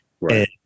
right